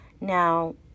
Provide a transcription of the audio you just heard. Now